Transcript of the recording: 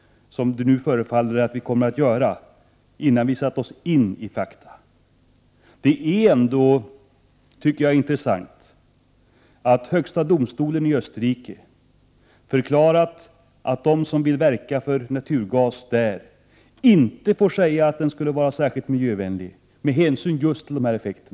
Det är viktigt att man först tar fram och sätter sig in i fakta. Det är ändå intressant att högsta domstolen i Österrike förklarat att de som vill verka för naturgas där inte får säga att den skulle vara särskilt miljövänlig med hänsyn till just dessa effekter.